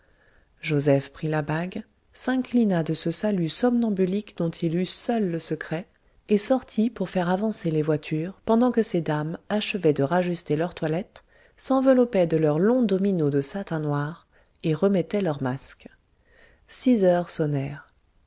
joseph prit la bague s'inclina de ce salut somnambulique dont il eut seul le secret et sortit pour faire avancer les voitures pendant que ces dames achevaient de rajuster leurs toilettes s'enveloppaient de leurs longs dominos de satin noir et remettaient leurs masques six heures